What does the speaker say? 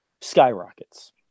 skyrockets